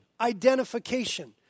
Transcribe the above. identification